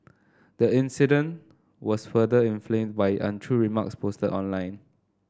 the incident was further inflamed by untrue remarks posted online